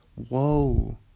Whoa